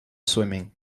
swimming